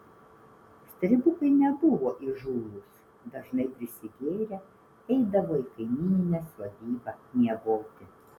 stribukai nebuvo įžūlūs dažnai prisigėrę eidavo į kaimyninę sodybą miegoti